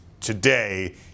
today